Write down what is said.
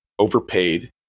overpaid